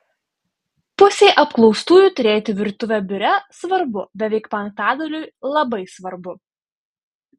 pusei apklaustųjų turėti virtuvę biure svarbu beveik penktadaliui labai svarbu